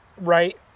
right